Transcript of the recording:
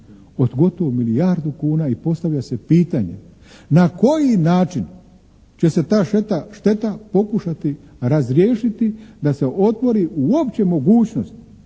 od gotovo milijardu kuna i postavlja se pitanje na koji način će se ta šteta pokušati razriješiti da se otvori uopće mogućnost